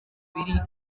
biri